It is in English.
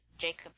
Jacob